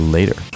Later